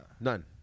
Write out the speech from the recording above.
None